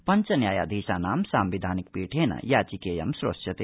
पंच न्यायाधीशानां सम्विधानिक पीठेन याचिकेयं श्रोष्यते